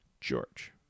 George